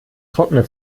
trockene